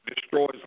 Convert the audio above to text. destroys